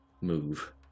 move